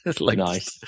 Nice